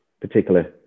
particularly